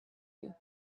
you